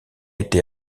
été